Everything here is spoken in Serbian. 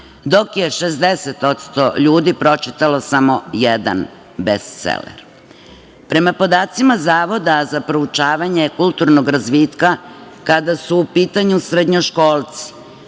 dok je 60% ljudi pročitalo samo jedan bestseler. Prema podacima Zavoda za proučavanje kulturnog razvitka, kada su u pitanju srednjoškolci,